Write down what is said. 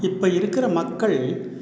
இப்போ இருக்கிற மக்கள்